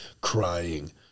crying